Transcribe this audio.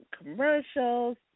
commercials